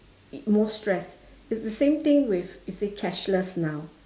it most stress it's the same thing with you say cashless now